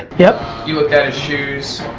yeah you looked at his shoes.